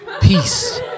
Peace